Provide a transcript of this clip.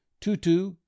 Tutu